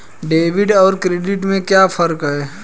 Debit और credit में क्या फर्क है?